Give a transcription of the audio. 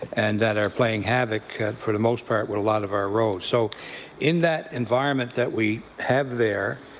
and that are playing havoc for the most part with a lot of our roads. so in that environment that we have there,